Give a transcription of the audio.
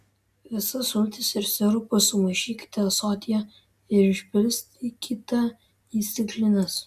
visas sultis ir sirupus sumaišykite ąsotyje ir išpilstykite į stiklines